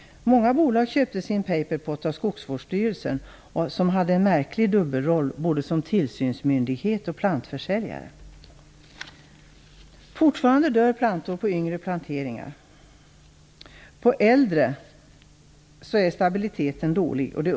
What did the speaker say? Många bolag köpte sin paperpot av Skogsstyrelsen, som hade en märklig dubbelroll, både som tillsynsmyndighet och som plantförsäljare.